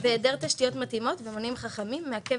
היעדר תשתיות מתאימות ומונים חכמים מעכב